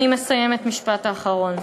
אני מסיימת, המשפט האחרון.